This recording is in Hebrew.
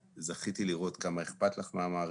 זכיתי לראות כמה אכפת לך מן המערכת,